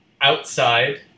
outside